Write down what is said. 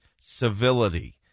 civility